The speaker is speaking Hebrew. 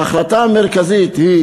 ההחלטה המרכזית היא: